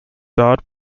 dodd